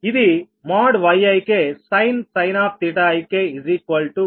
ఇది Yiksin Bik